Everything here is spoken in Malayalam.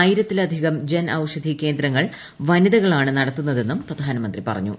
ആയിരത്തിലധികം ജൻ ഔഷധി കേന്ദ്രങ്ങൾ ്വനിതകളാണ് നടത്തുന്നതെന്നും പ്രധാനമന്ത്രി പറ്റണ്ടു